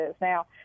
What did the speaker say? Now